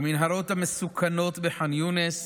במנהרות המסוכנות בח'אן יונס,